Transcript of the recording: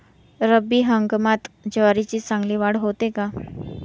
रब्बी हंगामात ज्वारीची चांगली वाढ होते का?